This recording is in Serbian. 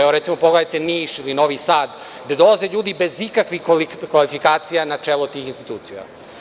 Evo, recimo pogledajte Niš ili Novi Sad gde dolaze ljudi bez ikakvih kvalifikacija na čelo tih institucija.